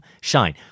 shine